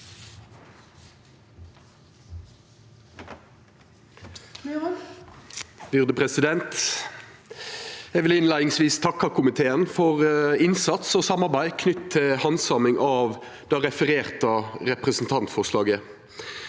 Eg vil innleiingsvis takka komiteen for innsats og samarbeid knytt til handsaminga av det refererte representantforslaget.